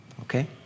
Okay